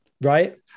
right